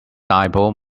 dipole